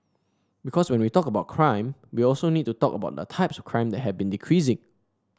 because when we talk about crime we also need to talk about the types of crime that have been decreasing